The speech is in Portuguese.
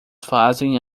fazem